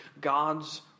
God's